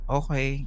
okay